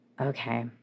Okay